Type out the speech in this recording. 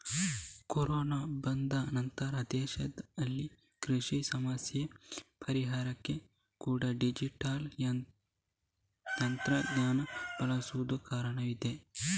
corona ಬಂದ ನಂತ್ರ ದೇಶದಲ್ಲಿ ಕೃಷಿ ಸಮಸ್ಯೆ ಪರಿಹಾರಕ್ಕೆ ಕೂಡಾ ಡಿಜಿಟಲ್ ತಂತ್ರಜ್ಞಾನ ಬಳಸುದು ಕಾಣ್ತದೆ